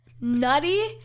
Nutty